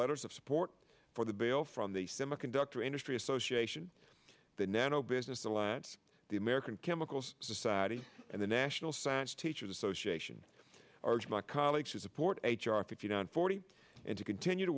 letters of support for the bill from the semiconductor industry association the nano business alliance the american chemical society and the national science teachers association arch my colleagues who support h r fifty nine forty and to continue to